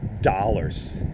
dollars